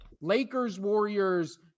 Lakers-Warriors